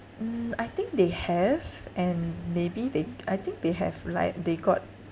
mm I think they have and maybe they I think they have like they got